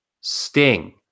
Sting